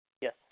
Yes